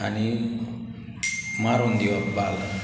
आनी मारून दिवप बाल